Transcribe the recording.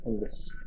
Yes